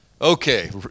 Okay